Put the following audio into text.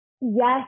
yes